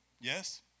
Yes